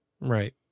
Right